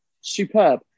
superb